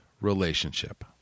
relationship